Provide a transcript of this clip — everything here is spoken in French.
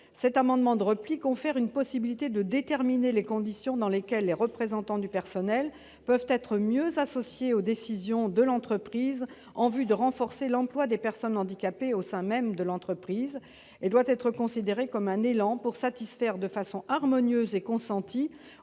cet amendement de repli tend à conférer la possibilité de déterminer les conditions dans lesquelles les représentants du personnel seront mieux associés aux décisions de l'entreprise en vue de renforcer l'emploi des personnes handicapées. Il vise donc à donner de l'élan pour satisfaire, de façon harmonieuse et consentie,